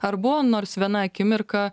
ar buvo nors viena akimirka